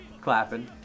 clapping